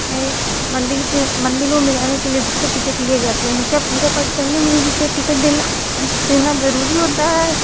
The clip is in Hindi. मंदिर को मंदिरों मे जानें के लिए हमसे टिकट लिए जाते हैं क्या पूजा पाठ करने में भी टिकट देना देना जरूरी होता है